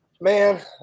Man